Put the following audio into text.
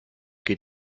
geht